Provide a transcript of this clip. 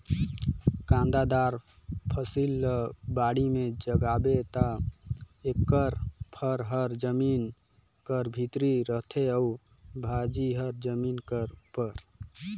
कांदादार फसिल ल बाड़ी में जगाबे ता एकर फर हर जमीन कर भीतरे रहथे अउ भाजी हर जमीन कर उपर